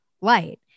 light